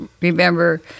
remember